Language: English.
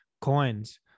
coins